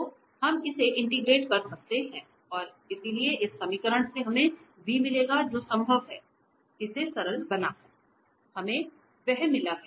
तो हम इसे इंटिग्रेट कर सकते हैं और इसलिए इस समीकरण से हमें v मिला है जो संभव रूप है इसलिए इसे सरल बनाकर हमें वह मिला है